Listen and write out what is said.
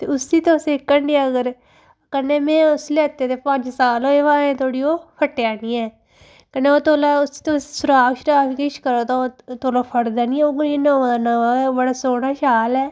ते उसी तुस इक हांडियां अगर कन्नै में उसी लैते दे पंज साल होऐ अजें धोड़ी ओह् फट्टेआ नी ऐ कन्नै ओह् तौला उसी तुस सराख सुराख अगर किश करा दा तौला फट्टदा नी उयै जेहा नमां दा नमां बड़ा सौह्ना शाल ऐ